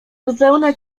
zupełna